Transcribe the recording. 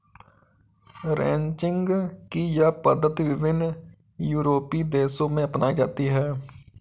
ranching की यह पद्धति विभिन्न यूरोपीय देशों में अपनाई जाती है